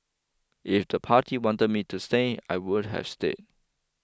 if the party wanted me to stay I would have stayed